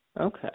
Okay